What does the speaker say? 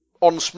on